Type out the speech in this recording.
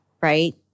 right